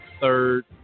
third